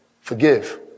Forgive